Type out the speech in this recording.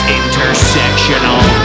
intersectional